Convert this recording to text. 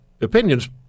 opinions